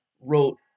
wrote